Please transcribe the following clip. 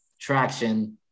traction